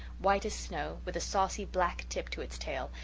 white as snow, with a saucy black tip to its tail,